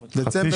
בערך תוך חצי